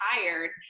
tired